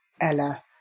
Ella